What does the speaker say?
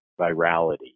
virality